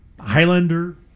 Highlander